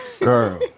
Girl